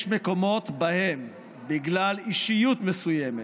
יש מקומות שבהם בגלל אישיות מסוימת